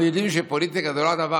אנחנו יודעים שפוליטיקה זה לא הדבר